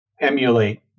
emulate